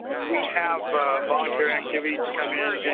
we have volunteer activities to come in and